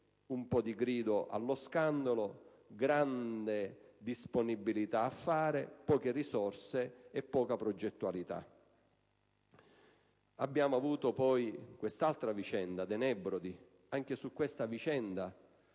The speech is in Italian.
un po' di grida allo scandalo, grande disponibilità a fare, poche risorse e poca progettualità. Abbiamo avuto poi l'altra vicenda dei Nebrodi. Anche su questa vicenda